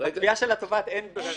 -- בתביעה של התובעת אין ברירת מחדל,